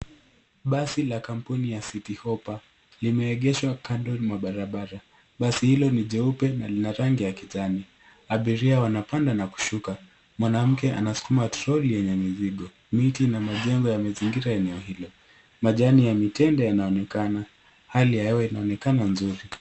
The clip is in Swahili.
Basi la kampuni ya Cityhopper limeegeshwa kando mwa barabara. Basi hilo ni jeupe na lina rangi ya kijani. Abiria wanapanda na kushuka. Mwanamke anaskuma troli yenye mizigo. Miti na majengo yamezingira eneo hilo. Majani ya mitende yanaonekana. Hali ya hewa inaonekana nzuri.